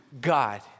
God